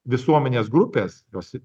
visuomenės grupes tos